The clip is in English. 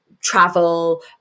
travel